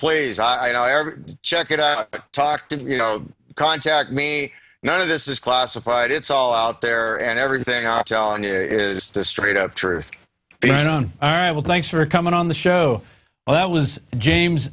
don't check it out talk to me you know contact me none of this is classified it's all out there and everything i'm telling you is the straight up truth you know all right well thanks for coming on the show well that was james